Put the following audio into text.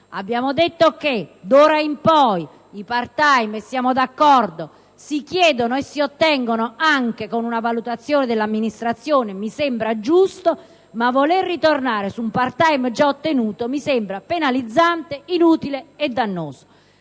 e siamo d'accordo, che d'ora in poi i *part-time* si chiedono e si ottengono anche con una valutazione dell'amministrazione; questo mi sembra giusto. Ma voler ritornare su un *part-time* già ottenuto mi sembra penalizzante, inutile e dannoso.